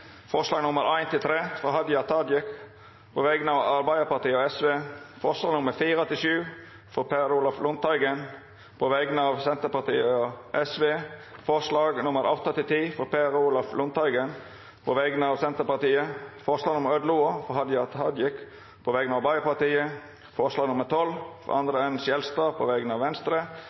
frå Hadia Tajik på vegner av Arbeidarpartiet og Sosialistisk Venstreparti forslaga nr. 4–7, frå Per Olaf Lundteigen på vegner av Senterpartiet og Sosialistisk Venstreparti forslaga nr. 8–10, frå Per Olaf Lundteigen på vegner av Senterpartiet forslag nr. 11, frå Hadia Tajik på vegner av Arbeidarpartiet forslag nr. 12, frå André N. Skjelstad på vegner av Venstre